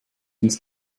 ins